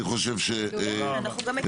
אני חושב שאנחנו לא.